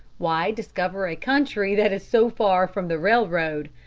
why discover a country that is so far from the railroad?